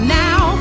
now